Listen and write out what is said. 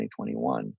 2021